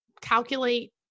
calculate